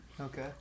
Okay